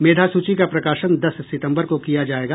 मेधा सूची का प्रकाशन दस सितंबर को किया जायेगा